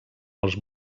els